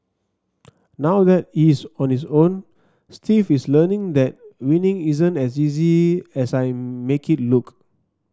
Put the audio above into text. now that he is on his own Steve is learning that winning isn't as easy as I make it look